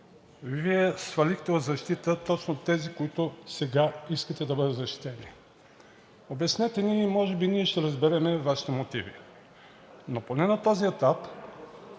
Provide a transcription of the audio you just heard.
Вие свалихте от защита точно тези, които сега искате да бъдат защитени? Обяснете ни и може би ние ще разберем Вашите мотиви. Но поне на този етап